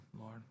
Lord